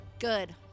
Good